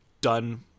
done